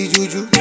Juju